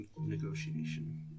negotiation